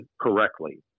correctly